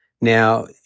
Now